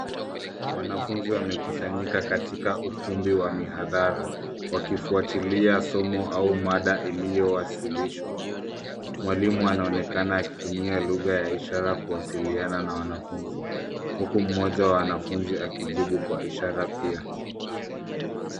Wanafunzi wamekusanyika katika ukumbi wa mihadhara wakifuatulia somo au mada iliyowasilishwa. Mwalimu anaonekana akutumia lugha ya ishara kuwasiliana na wanafunzi huku mmoja wa wanafunzi akijibu kwa ishara pia.